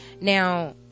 now